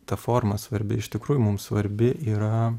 ta forma svarbi iš tikrųjų mums svarbi yra